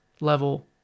level